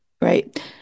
right